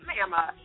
mama